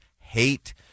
hate